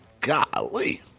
Golly